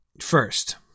First